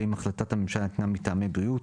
ואם החלטת הממשלה ניתנה מטעמי בריאות,